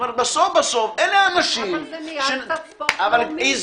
בסוף בסוף אלה האנשים --- אבל זה נהיה קצת ספורט לאומי.